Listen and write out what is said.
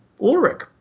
Ulrich